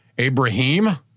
Abraham